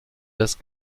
des